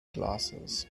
glasses